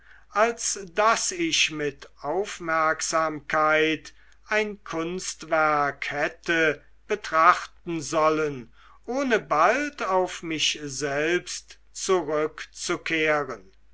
als daß ich mit aufmerksamkeit ein kunstwerk hätte betrachten sollen ohne bald auf mich selbst zurückzukehren